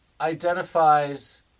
identifies